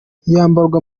yambarwa